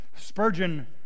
Spurgeon